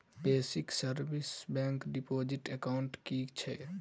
Basic savings bank deposit account की छैक?